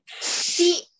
see